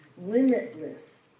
limitless